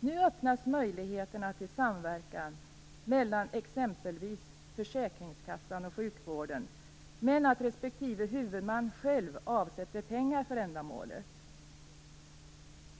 Nu öppnas möjligheterna till samverkan mellan exempelvis försäkringskassan och sjukvården, men respektive huvudman skall själv avsätta pengar för ändamålet.